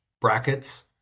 brackets